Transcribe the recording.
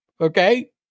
Okay